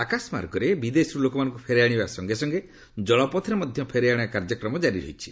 ଆକାଶମାର୍ଗରେ ବିଦେଶରୁ ଲୋକମାନଙ୍କୁ ଫେରାଇ ଆଣିବା ସଙ୍ଗେ ସଙ୍ଗେ ଜଳପଥରେ ମଧ୍ୟ ଫେରାଇ ଆଣିବା କାର୍ଯ୍ୟ ଜାରି ରହିଛି